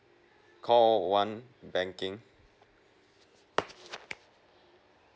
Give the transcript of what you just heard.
call one banking